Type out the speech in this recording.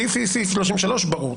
סעיף 33, ברור.